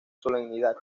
solemnidad